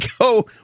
go